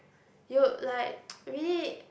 you like we